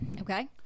Okay